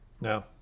No